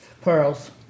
Pearls